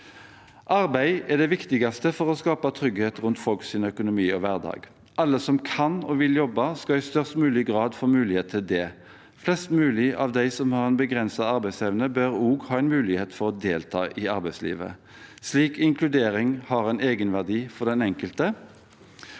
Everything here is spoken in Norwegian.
Arbeid er det viktigste for å skape trygghet rundt folks økonomi og hverdag. Alle som kan og vil jobbe, skal i størst mulig grad få mulighet til det. Flest mulig av dem som har en begrenset arbeidsevne, bør òg ha en mulighet til å delta i arbeidslivet. Slik inkludering har en egenverdi for den enkelte.